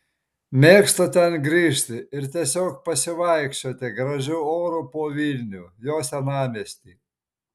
mėgstu ten grįžti ir tiesiog pasivaikščioti gražiu oru po vilnių jo senamiestį